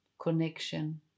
connection